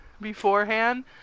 beforehand